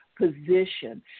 position